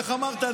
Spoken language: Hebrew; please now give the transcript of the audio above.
איך אמרת?